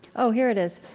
oh, here it is.